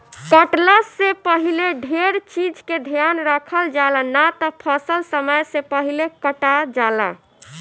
कटला से पहिले ढेर चीज के ध्यान रखल जाला, ना त फसल समय से पहिले कटा जाला